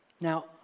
Now